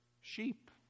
sheep